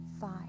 five